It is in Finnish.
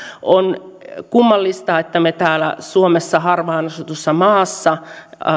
on kummallista että me täällä suomessa harvaan asutussa maassa